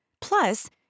Plus